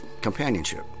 companionship